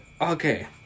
Okay